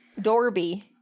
Dorby